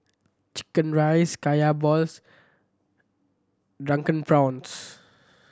chicken rice Kaya balls Drunken Prawns